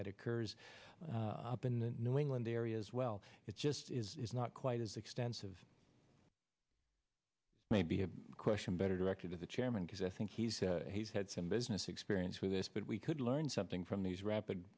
that occurs up in new england areas well it just is not quite as extensive maybe a question better directed to the chairman because i think he's he's had some business experience with this but we could learn something from these rapid